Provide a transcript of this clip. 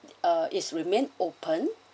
uh is remain open